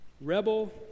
rebel